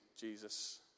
Jesus